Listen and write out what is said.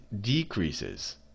decreases